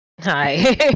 Hi